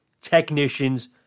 Technicians